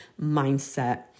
mindset